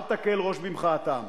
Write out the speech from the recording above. אל תקל ראש במחאתם.